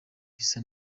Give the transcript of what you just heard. bisa